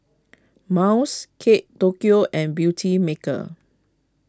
Miles Kate Tokyo and Beautymaker